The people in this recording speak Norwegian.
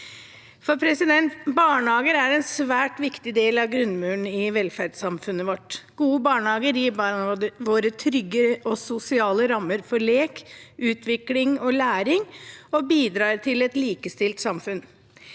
god barnehage. Barnehager er en svært viktig del av grunnmuren i velferdssamfunnet vårt. Gode barnehager gir barna våre trygge sosiale rammer for lek, utvikling og læring og bidrar til et likestilt samfunn.